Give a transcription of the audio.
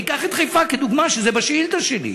ניקח את חיפה כדוגמה, כי זה בשאילתה שלי: